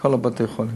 בכל בתי-החולים.